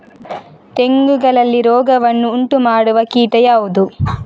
ತೆಂಗುಗಳಲ್ಲಿ ರೋಗವನ್ನು ಉಂಟುಮಾಡುವ ಕೀಟ ಯಾವುದು?